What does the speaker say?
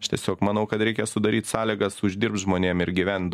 aš tiesiog manau kad reikia sudaryt sąlygas uždirbt žmonėm ir gyvent